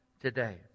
today